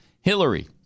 Hillary